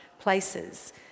places